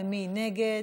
מי נגד?